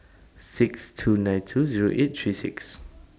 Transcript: six two nine two Zero eight three six